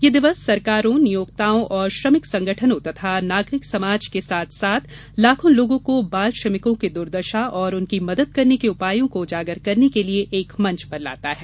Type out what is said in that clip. यह दिवस सरकारों नियोक्ताओं और श्रमिक संगठनों तथा नागरिक समाज के साथ साथ लाखों लोगों को बाल श्रमिकों की दुर्दशा और उनकी मदद करने के उपायों को उजागर करने के लिए एक मंच पर लाता है